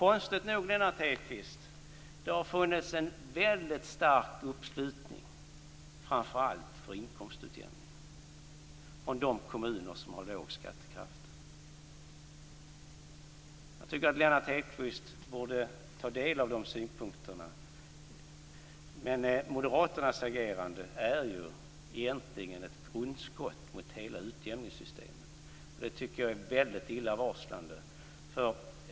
Konstigt nog, Lennart Hedquist, har det funnits en väldigt starkt uppslutning framför allt för inkomstutjämningen från de kommuner som har låg skattekraft. Lennart Hedquist borde ta del av de synpunkterna. Moderaternas agerande är egentligen ett grundskott mot hela utjämningssystemet. Det är väldigt illavarslande.